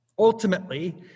Ultimately